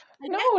No